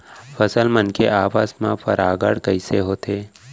फसल मन के आपस मा परागण कइसे होथे?